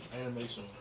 animation